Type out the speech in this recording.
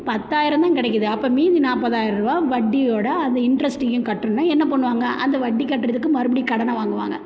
பத்தாயிரம் தான் கிடைக்குது அப்போ மீதி நாற்பதாயிரூவா வட்டியோடு அதை இன்ட்ரெஸ்ட்டையும் கட்டணும்னா என்ன பண்ணுவாங்க அந்த வட்டி கட்டுறதுக்கு மறுபடி கடனை வாங்குவாங்க